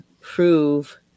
prove